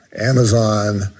Amazon